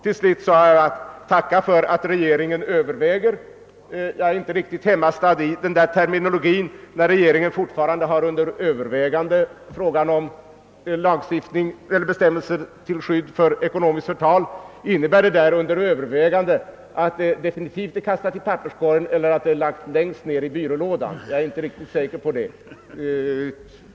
Till slut vill jag tacka för att regeringen fortfarande har under övervägande frågan om bestämmelser till skydd för ekonomiskt förtal. Innebär »under övervägande« att ärendet definitivt är kastat i papperskorgen, eller betyder det att det har lagts längst ner i någon byrålåda?